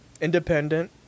independent